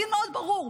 הדין מאוד ברור.